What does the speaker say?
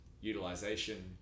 utilization